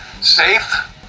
safe